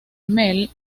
mel